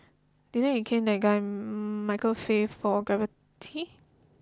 didn't you cane that guy Michael Fay for graffiti